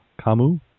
Kamu